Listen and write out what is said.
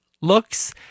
Looks